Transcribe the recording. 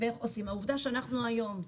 העובדה שאנחנו היום,